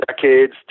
decades